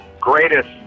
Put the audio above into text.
greatest